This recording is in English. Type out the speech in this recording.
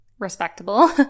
respectable